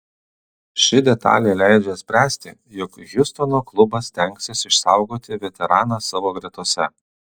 ši detalė leidžia spręsti jog hjustono klubas stengsis išsaugoti veteraną savo gretose